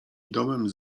domem